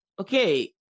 Okay